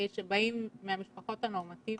שבאים מהמשפחות הנורמטיביות,